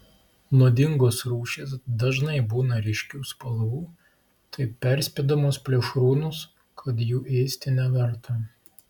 nuodingos rūšys dažnai būna ryškių spalvų taip perspėdamos plėšrūnus kad jų ėsti neverta